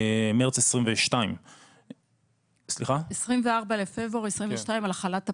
2022 --- 24 בפברואר 2022 על החלת הפיילוט.